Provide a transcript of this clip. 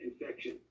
infection